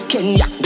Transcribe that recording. Kenya